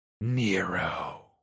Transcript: Nero